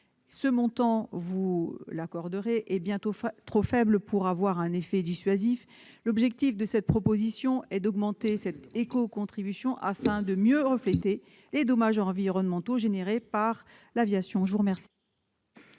ce montant est bien trop faible pour avoir un effet dissuasif. L'objectif de cette proposition est donc d'augmenter cette éco-contribution afin de mieux refléter les dommages environnementaux générés par l'aviation. La parole